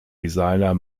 designer